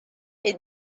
est